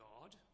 God